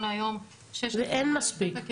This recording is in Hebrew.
ואין מספיק.